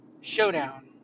showdown